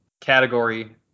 category